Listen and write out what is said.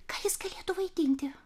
ką jis galėtų vaidinti